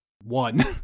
one